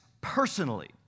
personally